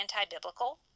anti-biblical